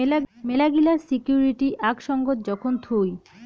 মেলাগিলা সিকুইরিটি আক সঙ্গত যখন থুই